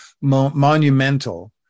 monumental